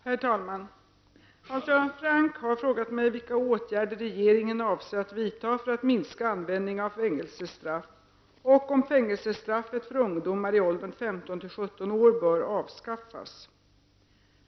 Herr talman! Hans Göran Franck har frågat mig vilka åtgärder regeringen avser att vidta för att minska användningen av fängelsestraff och om fängelsestraffet för ungdomar i åldern 15--17 år bör avskaffas.